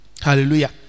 hallelujah